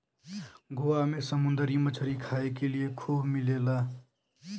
गोवा में समुंदरी मछरी खाए के लिए खूब मिलेला